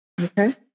Okay